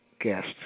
guest